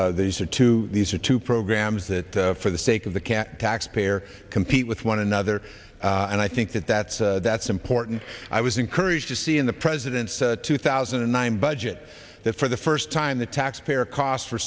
audits these are two these are two programs that for the sake of the cat tax payer compete with one another and i think that that's that's important i was encouraged to see in the president's two thousand and nine budget that for the first time the taxpayer costs for